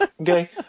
Okay